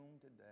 today